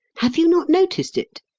have you not noticed it?